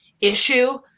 issue